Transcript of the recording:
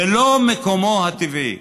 זה לא מקומו הטבעי,